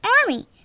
army